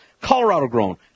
Colorado-grown